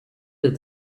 did